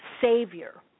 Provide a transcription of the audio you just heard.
savior